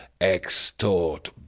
extort